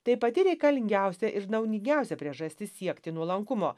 tai pati reikalingiausia ir naudingiausia priežastis siekti nuolankumo